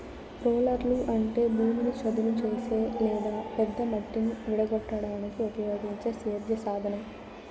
రోలర్లు అంటే భూమిని చదును చేసే లేదా పెద్ద మట్టిని విడగొట్టడానికి ఉపయోగించే సేద్య సాధనం